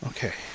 Okay